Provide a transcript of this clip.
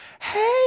hey